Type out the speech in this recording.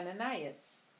Ananias